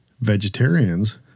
vegetarians